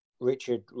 Richard